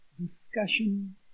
discussion